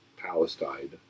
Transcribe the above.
Palestine